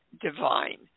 divine